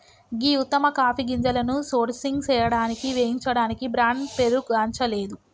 గీ ఉత్తమ కాఫీ గింజలను సోర్సింగ్ సేయడానికి వేయించడానికి బ్రాండ్ పేరుగాంచలేదు